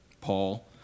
Paul